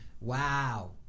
wow